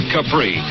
Capri